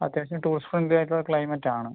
അത്യാവശ്യം tourist friendly ആയിട്ടുള്ള climate ആണ്